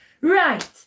Right